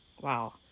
Wow